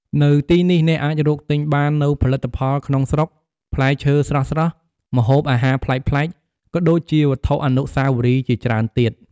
នៅទីនេះ អ្នកអាចរកទិញបាននូវផលិតផលក្នុងស្រុក ផ្លែឈើស្រស់ៗ ម្ហូបអាហារប្លែកៗ ក៏ដូចជាវត្ថុអនុស្សាវរីយ៍ជាច្រើនទៀត។